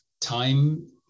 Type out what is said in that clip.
time